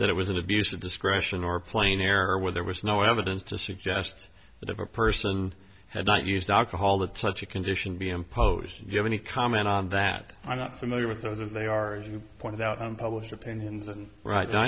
that it was an abuse of discretion or plain error where there was no evidence to suggest that a person had not used alcohol that such a condition be imposed you have any comment on that i'm not familiar with so that they are as you pointed out unpublished opinions and right now i